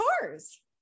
cars